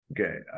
Okay